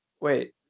Wait